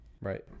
Right